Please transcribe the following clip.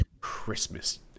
Christmas